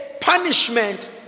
punishment